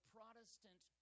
Protestant